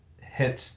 hit